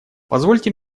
позвольте